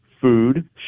food